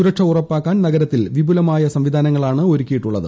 സുരക്ഷ ഉറപ്പാക്കാൻ നഗരത്തിൽ വിപുലമായ സംവിധാനങ്ങളാണ് ഒരുക്കിയിട്ടുള്ളത്